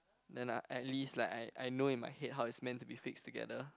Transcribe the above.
then I at least like I I know in my head how it's meant to be fix together